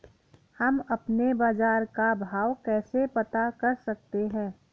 हम अपने बाजार का भाव कैसे पता कर सकते है?